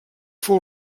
fou